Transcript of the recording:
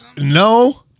No